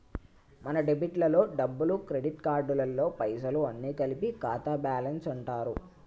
మన డెబిట్ లలో డబ్బులు క్రెడిట్ కార్డులలో పైసలు అన్ని కలిపి ఖాతా బ్యాలెన్స్ అంటారు